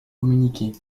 communiquée